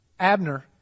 Abner